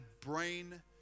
brain